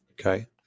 okay